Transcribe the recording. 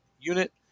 unit